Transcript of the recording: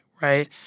right